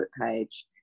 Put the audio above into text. page